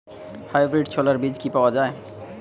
Hybrid ছোলার বীজ কি পাওয়া য়ায়?